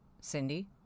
Cindy